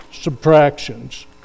subtractions